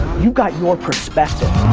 you got your perspective.